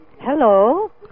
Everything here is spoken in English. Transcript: Hello